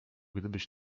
gdybyś